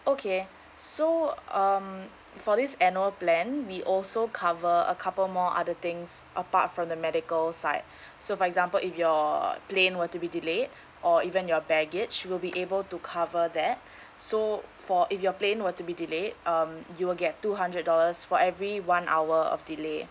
okay so um for this annual plan we also cover a couple more other things apart from the medical side so for example if your plane were to be delayed or even your baggage we'll be able to cover that so for if your plane were to be delayed um you will get two hundred dollars for every one hour of delay